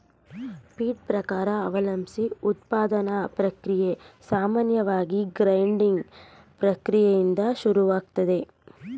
feed ಪ್ರಕಾರ ಅವಲಂಬ್ಸಿ ಉತ್ಪಾದನಾ ಪ್ರಕ್ರಿಯೆ ಸಾಮಾನ್ಯವಾಗಿ ಗ್ರೈಂಡಿಂಗ್ ಪ್ರಕ್ರಿಯೆಯಿಂದ ಶುರುವಾಗ್ತದೆ